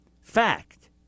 Fact